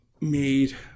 made